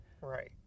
right